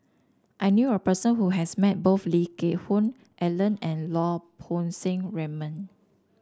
I knew a person who has met both Lee Geck Hoon Ellen and Lau Poo Seng Raymond